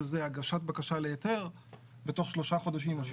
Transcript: שזה הגשת בקשה להיתר בתוך 3 חודשים או 6